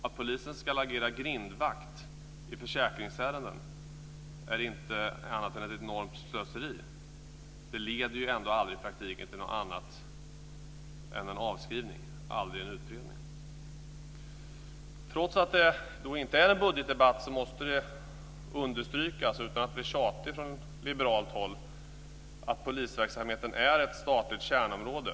Att polisen ska agera grindvakt i försäkringsärenden är inte annat än ett enormt slöseri. Det leder ändå aldrig i praktiken till något annat än en avskrivning - det blir aldrig en utredning. Trots att det inte är en budgetdebatt måste det understrykas, utan att vi från liberalt håll vill vara tjatiga, att polisverksamheten är ett statligt kärnområde.